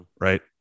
Right